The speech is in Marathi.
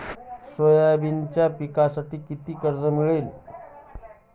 सोयाबीनच्या पिकांसाठी किती कर्ज मिळेल?